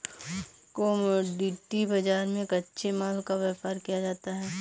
commodity बाजार में कच्चे माल का व्यापार किया जाता है